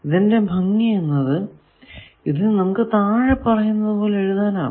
ഇതിന്റെ ഭംഗി എന്നത് ഇനി നമുക്ക് താഴെ പറയുന്നത് പോലെ എഴുതാം